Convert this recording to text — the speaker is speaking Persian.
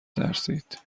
ترسید